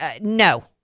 no